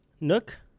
nook